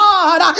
God